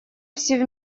все